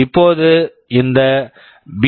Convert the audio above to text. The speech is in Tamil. இப்போது இந்த பி